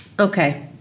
Okay